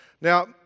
Now